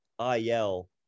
IL